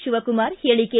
ಶವಕುಮಾರ ಹೇಳಿಕೆ